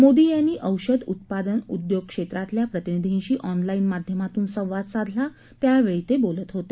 मोदी यांनी औषध उत्पादन उद्योग क्षेत्रातल्या प्रतिनिधींशी ऑनलाईन माध्यमातून संवाद साधला त्यावेळी ते बोलत होते